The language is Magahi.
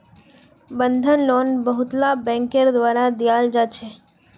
बंधक लोन बहुतला बैंकेर द्वारा दियाल जा छे